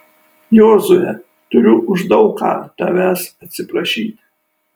jozue turiu už daug ką tavęs atsiprašyti